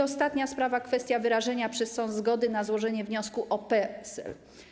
Ostatnia sprawa - kwestia wyrażenia przez sąd zgody na złożenie wniosku o PESEL.